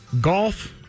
Golf